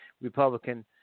Republican